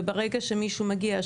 ברגע שמישהו מגיע,